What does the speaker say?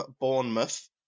Bournemouth